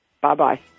Bye-bye